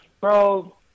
Bro